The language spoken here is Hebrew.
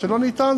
מקומות שלא ניתן,